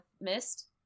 missed